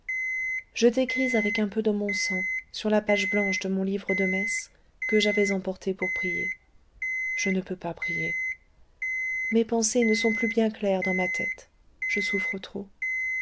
je t'écris avec un peu de mon sang sur la page blanche de mon livre de messe que j'avais emporté pour prier je ne peux pas prier mes pensées ne sont plus bien claires dans ma tête je souffre trop